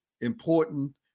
important